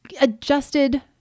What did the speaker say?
adjusted